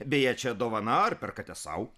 beje čia dovana ar perkate sau